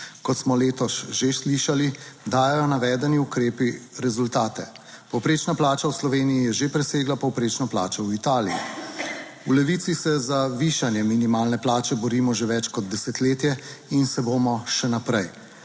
Kot smo letos že slišali, dajejo navedeni ukrepi rezultate. Povprečna plača v Sloveniji je že presegla povprečno plačo v Italiji. **30. TRAK (VI) 11.25** (nadaljevanje) V Levici se za višanje minimalne plače borimo že več kot desetletje in se bomo še naprej.